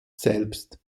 selbst